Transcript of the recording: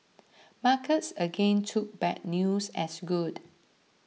markets again took bad news as good